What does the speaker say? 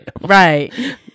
Right